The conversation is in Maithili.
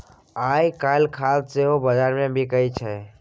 आयकाल्हि खाद सेहो बजारमे बिकय छै